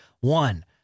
One—